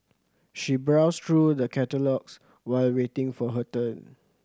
she browsed through the catalogues while waiting for her turn